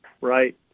right